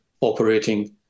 operating